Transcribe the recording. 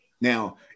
Now